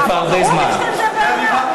יש לך עמדה בעניין.